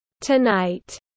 Tonight